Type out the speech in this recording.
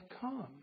come